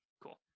Cool